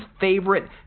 favorite